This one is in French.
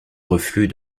reflux